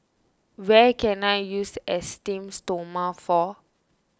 where can I use Esteem Stoma for